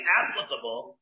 applicable